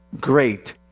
Great